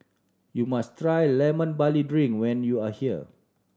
you must try Lemon Barley Drink when you are here